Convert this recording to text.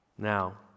Now